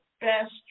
best